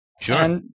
Sure